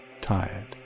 Tired